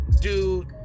dude